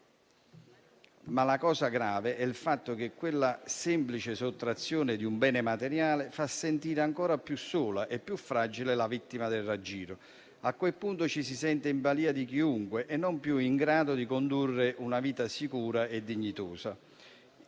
La cosa grave è il fatto che quella semplice sottrazione di un bene materiale fa sentire ancora più sola e fragile la vittima del raggiro. A quel punto ci si sente in balia di chiunque e non più in grado di condurre una vita sicura e dignitosa.